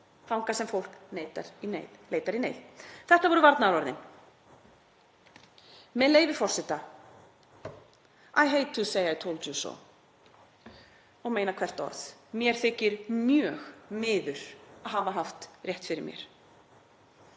þangað sem fólk leitar í neyð.“ Þetta voru varnaðarorðin. Með leyfi forseta: „I hate to say I told you so.“ Og ég meina hvert orð. Mér þykir mjög miður að hafa haft rétt fyrir mér.